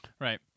Right